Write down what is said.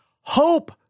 Hope